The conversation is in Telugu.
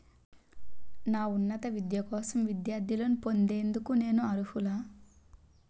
నా ఉన్నత విద్య కోసం విద్యార్థి లోన్ పొందేందుకు నేను అర్హులా?